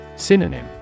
Synonym